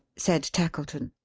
said tackleton.